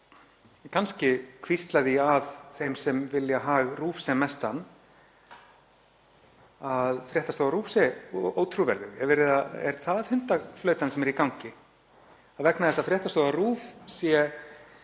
að hvísla því að þeim sem vilja hag RÚV sem mestan, að fréttastofa RÚV sé ótrúverðug? Er það hundaflautan sem er í gangi? Vegna þess að fréttastofa RÚV sé